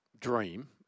Dream